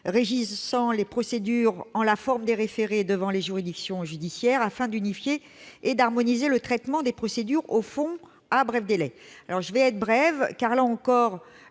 régissant les procédures en la forme des référés devant les juridictions judiciaires, afin d'unifier et d'harmoniser le traitement des procédures au fond à bref délai. Pour être brève, je dirai